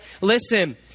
Listen